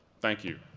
thank you.